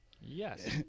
Yes